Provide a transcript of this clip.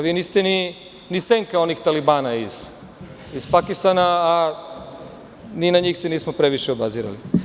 Vi niste ni senka onih talibana iz Pakistana, ni na njih se nismo previše obazirali.